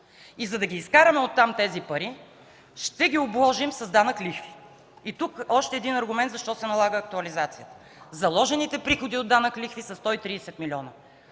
За да ги изкараме от там тези пари, ще ги обложим с данък „лихви”.” Още един аргумент защо се налага актуализацията. Заложените приходи от данък „лихви” са 130 милиона.